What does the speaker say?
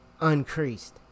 Uncreased